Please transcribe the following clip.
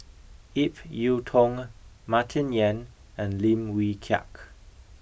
Ip Yiu Tung Martin Yan and Lim Wee Kiak